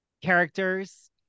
characters